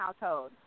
household